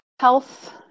Health